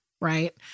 Right